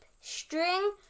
string